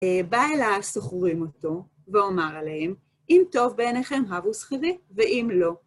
אה.. בא אל הסוחרים אותו ואומר אליהם, אם טוב בעיניכם, הבו שכרי, ואם לא.